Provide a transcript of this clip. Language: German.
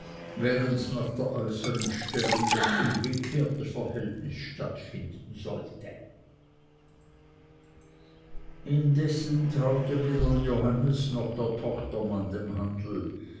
während nach der äußern stellung das umgekehrte verhältnis stattfinden sollte indessen traute weder johannes noch der tochtermann dem handel